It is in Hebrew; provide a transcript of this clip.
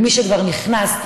ומי שכבר נכנס,